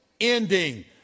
ending